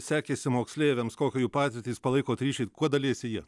sekėsi moksleiviams kokia jų patirtys palaikot ryšį kuo dalijasi jie